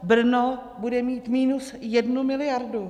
Brno bude mít minus jednu miliardu.